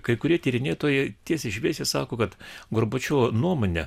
kai kurie tyrinėtojai tiesiai šviesiai sako kad gorbačiovo nuomone